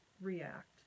react